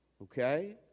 Okay